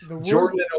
Jordan